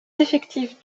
effectifs